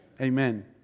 Amen